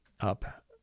up